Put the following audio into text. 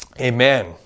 Amen